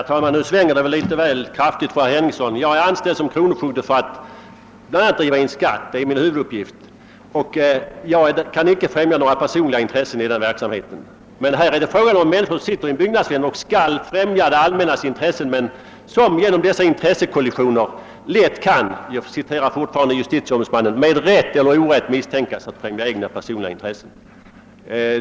Herr talman! Nu svänger det ändå litet väl kraftigt för herr Henningsson. Jag är anställd som kronofogde för att bl.a. driva in skatt. Det är min huvuduppgift, och jag kan inte främja några personliga intressen i den verksamheten. Här finns inga dubbla lojaliteter. Men den fråga som vi nu diskuterar handlar om personer som sitter i en byggnadsnämnd och skall främja det allmännas intressen men som genom dessa intressekollisioner lätt kan — jag åberopar fortfarande justitieombudsmannen — med rätt eller orätt misstänkas för att främja egna personliga intressen.